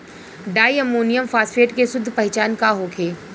डाई ammonium phosphate के शुद्ध पहचान का होखे?